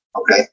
okay